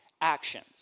actions